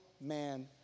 man